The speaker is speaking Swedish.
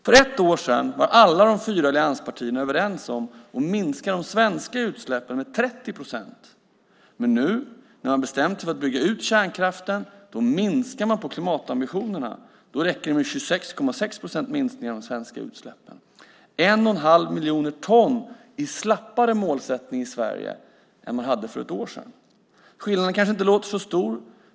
För ett år sedan var alla de fyra allianspartierna överens om att minska de svenska utsläppen med 30 procent. Men nu när de har bestämt sig för att bygga ut kärnkraften minskar man klimatambitionerna. Då räcker det med 26,6 procents minskning av de svenska utsläppen. Det är en slappare målsättning än för ett år sedan som innebär att utsläppen minskar med en och en halv miljon ton mindre. Skillnaden kanske inte låter så stor.